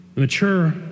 mature